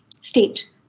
state